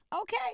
okay